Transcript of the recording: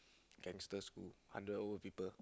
gangster school under old people